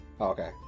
Okay